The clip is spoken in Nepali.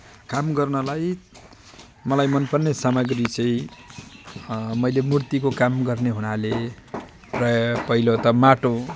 काम गर्नलाई मलाई मनपर्ने सामग्री चाहिँ मैले मूर्तिको काम गर्ने हुनाले प्राय पहिलो त माटो